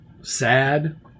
sad